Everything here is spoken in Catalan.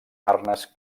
arnes